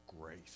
grace